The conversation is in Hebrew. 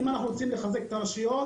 אם אנחנו רוצים לחזק את הרשויות,